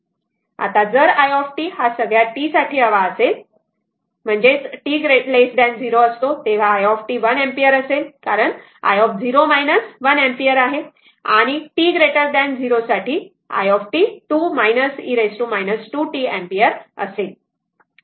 आता जर i t हा सगळ्या t साठी हवा असेल तर जेव्हा t 0 असतो तेव्हा i t 1 अँपिअर असेल कारण i0 1 अँपिअर आहे आणि ते t 0 साठी 2 e 2t एंपियर असेल